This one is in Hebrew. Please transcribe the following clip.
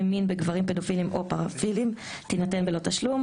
מין בגברים פדופילים או פאראפילים תינתן בלא תשלום,